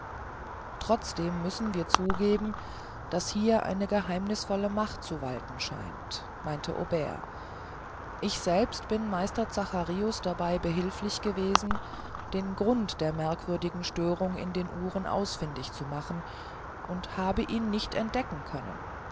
trotzdem müssen wir zugestehen daß hier eine geheimnißvolle macht zu walten scheint meinte aubert ich selbst bin meister zacharius dabei behilflich gewesen den grund der merkwürdigen störung in den uhren ausfindig zu machen und habe ihn nicht entdecken können